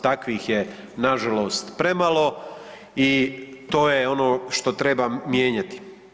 Takvih je na žalost premalo i to je ono što treba mijenjati.